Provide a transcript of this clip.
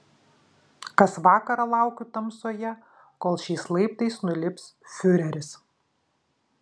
kas vakarą laukiu tamsoje kol šiais laiptais nulips fiureris